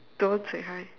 don't say hi